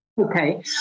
Okay